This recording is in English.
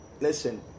listen